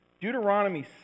Deuteronomy